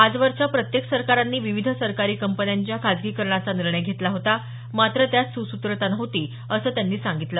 आजवरच्या प्रत्येक सरकारांनी विविध सरकारी कंपन्यांच्या खासगीकरणाचा निर्णय घेतला होता मात्र त्यात सुसूत्रता नव्हती असं त्यांनी सांगितलं